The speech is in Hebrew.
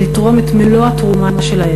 ולתרום את מלוא תרומתם,